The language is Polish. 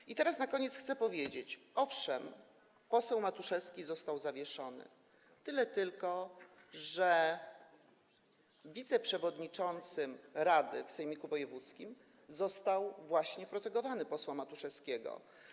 I teraz na koniec chcę powiedzieć, że owszem, poseł Matuszewski został zawieszony, tyle tylko że wiceprzewodniczącym rady w sejmiku wojewódzkim został właśnie protegowany posła Matuszewskiego.